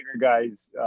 guys